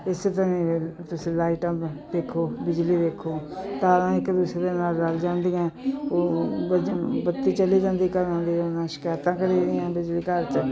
ਇਸ ਤਰ੍ਹਾਂ ਤੁਸੀਂ ਲਾਈਟਾਂ ਦੇਖੋ ਬਿਜਲੀ ਦੇਖੋ ਤਾਰਾਂ ਇੱਕ ਦੂਸਰੇ ਦੇ ਨਾਲ ਰਲ ਜਾਂਦੀਆਂ ਉਹ ਵਜ ਬੱਤੀ ਚਲ ਜਾਂਦੀ ਘਰਾਂ ਦੀ ਉਹਨਾਂ ਸ਼ਿਕਾਇਤਾਂ ਕਰੀ ਦੀਆਂ ਬਿਜਲੀ ਘਰ 'ਚ